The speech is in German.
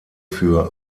für